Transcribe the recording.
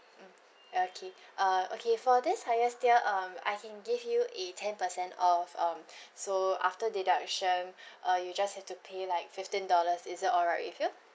mm okay uh okay for this highest tier um I can give you a ten percent of um so after deduction uh you just have to pay like fifteen dollars is that alright with you